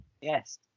Yes